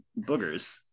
boogers